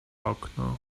okno